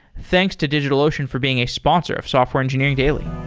thanks to digitalocean for being a sponsor of software engineering daily.